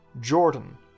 Jordan